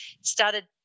started